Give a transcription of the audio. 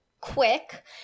quick